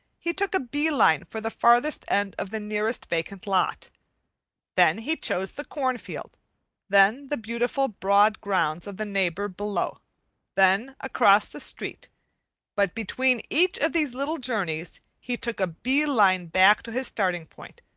he took a bee-line for the farthest end of the nearest vacant lot then he chose the corn-field then the beautiful broad grounds of the neighbor below then across the street but between each of these little journeys he took a bee-line back to his starting-point,